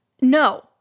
No